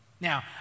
Now